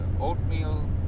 oatmeal